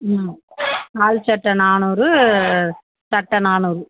ம் கால் சட்டை நானூறு சட்டை நானூறு